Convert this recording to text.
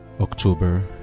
October